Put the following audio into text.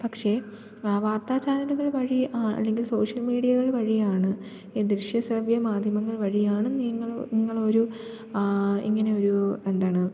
പക്ഷേ വാർത്ത ചാനലുകൾ വഴി അല്ലെങ്കിൽ സോഷ്യൽ മീഡിയകൾ വഴിയാണ് ഈ ദൃശ്യ ശ്രവ്യ മാധ്യമങ്ങൾ വഴിയാണ് നിങ്ങൾ നിങ്ങളൊരു ഇങ്ങനെ ഒരു എന്താണ്